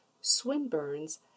Swinburne's